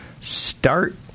Start